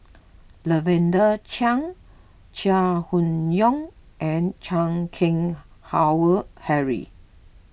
Lavender Chang Chai Hon Yoong and Chan Keng Howe Harry